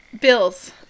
Bills